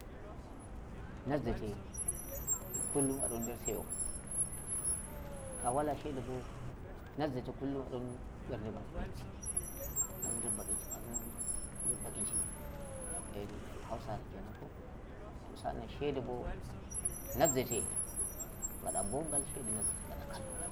Nazzete, kullum a nder seyo. ta wala shede ba nazzete kullum a don mberde ma e metti, a don nder bakin sh a don nder bakin shiki eh fu hausare kenan ko. To sa'an nan shede bo nazzete ngada mbongal, shede nazzete ngada kallugal.